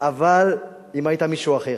אבל אם היית מישהו אחר,